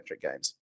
games